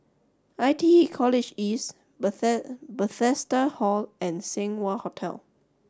I T E College East Bethesda Hall and Seng Wah Hotel